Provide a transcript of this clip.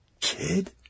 Kid